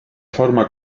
forma